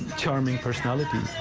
charming personality,